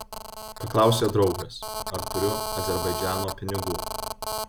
paklausė draugas ar turiu azerbaidžano pinigų